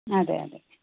അതെ അതെ